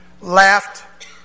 laughed